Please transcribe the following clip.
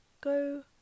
go